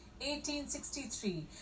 1863